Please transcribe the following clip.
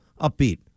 upbeat